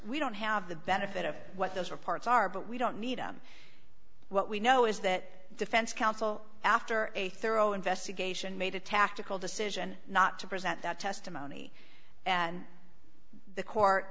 we don't have the benefit of what those reports are but we don't need them what we know is that defense counsel after a thorough investigation made a tactical decision not to present that testimony and the court